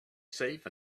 safe